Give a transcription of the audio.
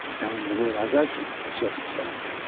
and the realization of surplus value,